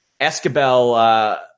Escabel